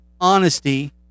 honesty